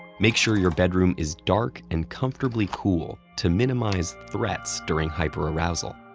make sure your bedroom is dark and comfortably cool to minimize threats during hyperarousal.